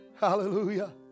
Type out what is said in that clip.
Hallelujah